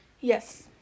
Yes